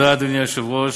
אדוני היושב-ראש,